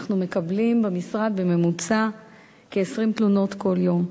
אנחנו מקבלים במשרד בממוצע כ-20 תלונות כל יום.